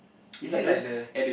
is it like the